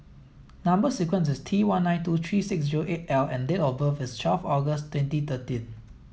number sequence is T one nine two three six zero eight L and date of birth is twelve August twenty thirteen